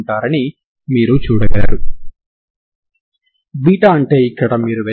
కాబట్టి potential energy 12mv2 అని మీకు తెలుసు